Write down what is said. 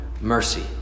mercy